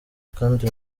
kandi